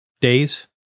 Days